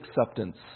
acceptance